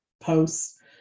posts